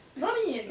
money